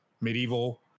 medieval